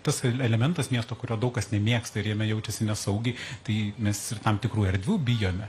tas e elementas miesto kurio daug kas nemėgsta ir jame jaučiasi nesaugiai tai mes ir tam tikrų erdvių bijome